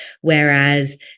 Whereas